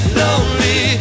lonely